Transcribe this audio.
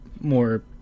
more